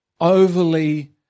Overly